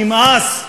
נמאס.